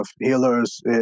healers